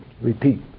repeat